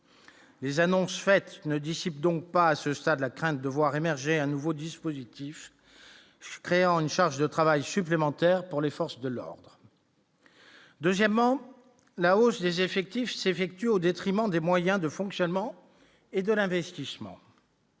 Les annonces faites ne dissipent donc pas à ce stade, la crainte de voir émerger un nouveau dispositif créant une charge de travail supplémentaire pour les forces de l'ordre, deuxièmement la hausse des effectifs s'effectue au détriment des moyens de fonctionnement et de l'investissement.